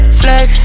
flex